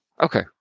Okay